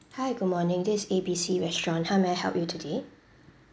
hi good morning this is A B C restaurant how may I help you today